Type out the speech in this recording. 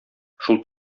шул